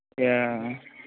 yeah